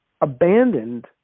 abandoned